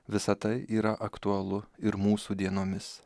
visa tai yra aktualu ir mūsų dienomis